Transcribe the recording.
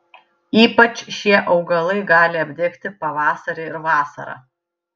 ypač šie augalai gali apdegti pavasarį ir vasarą